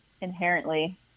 inherently